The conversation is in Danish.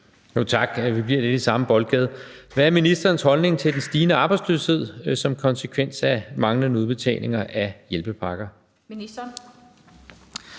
Tak, og vi bliver lidt i samme boldgade: Hvad er ministerens holdning til den stigende arbejdsløshed som konsekvens af de manglende udbetalinger af hjælpepakker?